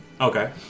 Okay